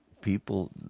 people